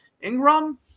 Ingram